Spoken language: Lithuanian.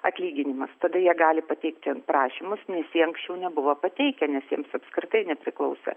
atlyginimas tada jie gali pateikti prašymus nes jie anksčiau nebuvo pateikę nes jiems apskritai nepriklausė